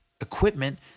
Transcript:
equipment